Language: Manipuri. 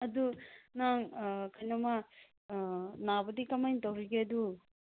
ꯑꯗꯨ ꯅꯪ ꯀꯔꯤꯅꯣꯝꯃ ꯅꯥꯕꯗꯤ ꯀꯔꯃꯥꯏꯅ ꯇꯧꯔꯤꯒꯦ ꯑꯗꯨ